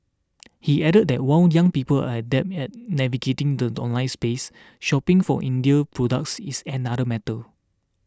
he added that while young people are adept at navigating the online space shopping for Indian products is another matter